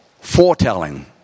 foretelling